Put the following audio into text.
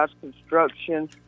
Construction